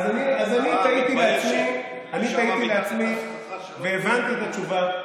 אז אני תהיתי לעצמי והבנתי את התשובה: